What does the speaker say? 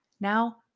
Now